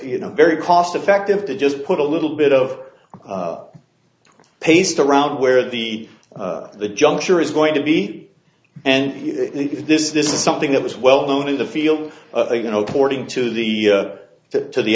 you know very cost effective to just put a little bit of paced around where the the juncture is going to be and if this is something that was well known in the field oh you know porting to the